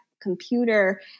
computer